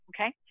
Okay